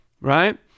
right